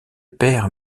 père